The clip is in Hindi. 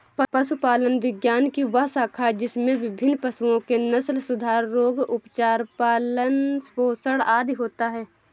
पशुपालन विज्ञान की वह शाखा है जिसमें विभिन्न पशुओं के नस्लसुधार, रोग, उपचार, पालन पोषण आदि होता है